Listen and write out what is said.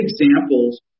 examples